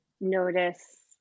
notice